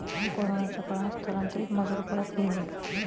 कोरोनाच्या काळात स्थलांतरित मजूर परत गेले